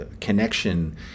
connection